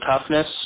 toughness